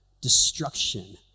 destruction